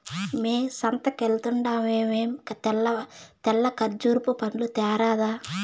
మ్మే సంతకెల్తండావేమో తెల్ల కర్బూజా పండ్లు తేరాదా